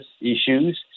issues